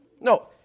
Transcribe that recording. No